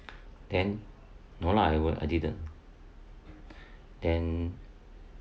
then no lah I was I didn't then